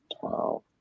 twelve